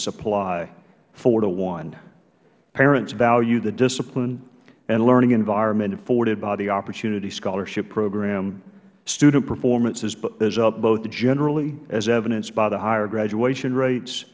supply four to one parents value the discipline and learning environment afforded by the opportunity scholarship program student performance is up both generally as evidenced by the higher graduation rates